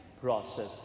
process